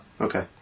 Okay